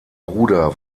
bruder